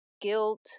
guilt